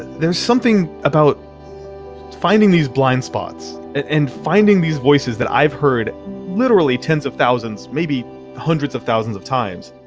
there's something about finding these blind spots and finding these voices that i've heard literally tens of thousands maybe hundreds of thousands of times.